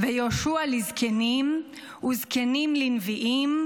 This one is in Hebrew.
ויהושע לזקנים, וזקנים לנביאים,